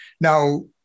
Now